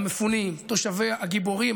המפונים הגיבורים,